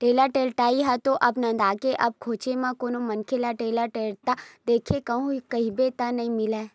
टेंड़ा टेड़ई ह तो अब नंदागे अब खोजे म कोनो मनखे ल टेंड़ा टेंड़त देख लूहूँ कहिबे त नइ मिलय